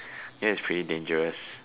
ya it's pretty dangerous